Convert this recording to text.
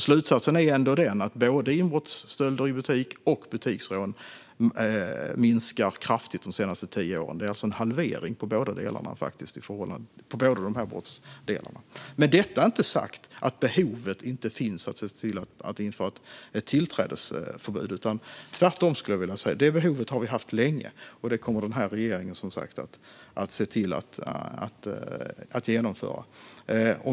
Slutsatsen är ändå att både inbrottsstölder i butik och butiksrån har minskat kraftigt de senaste tio åren. Det är faktiskt en halvering av båda dessa brottsdelar. Med detta inte sagt att behovet inte finns av att införa ett tillträdesförbud. Jag skulle vilja säga att det är tvärtom. Det behovet har vi haft länge, och detta kommer den här regeringen som sagt att se till att genomföra.